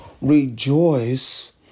rejoice